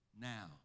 now